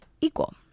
equal